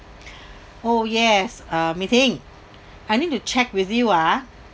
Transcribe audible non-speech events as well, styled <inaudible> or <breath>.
<breath> oh yes uh mei ching I need to check with you ah